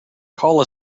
call